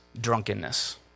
drunkenness